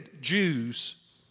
Jews